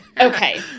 Okay